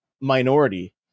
minority